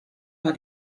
war